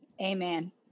Amen